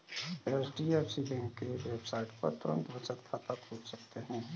HDFC bank के website पर तुरंत बचत खाता खोल सकते है